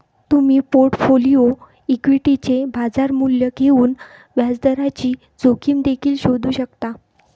तुम्ही पोर्टफोलिओ इक्विटीचे बाजार मूल्य घेऊन व्याजदराची जोखीम देखील शोधू शकता